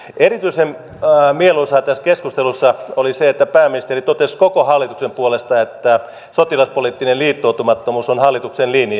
erityisen mieluisaa tässä keskustelussa oli se että pääministeri totesi koko hallituksen puolesta että sotilaspoliittinen liittoutumattomuus on hallituksen linja